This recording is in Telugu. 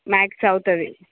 మ్యాక్స్ అవుతుంది